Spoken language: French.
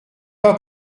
pas